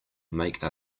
make